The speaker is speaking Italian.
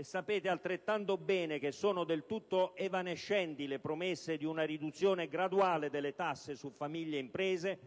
Sapete altrettanto bene che sono del tutto evanescenti le promesse di una riduzione graduale delle tasse su famiglie e imprese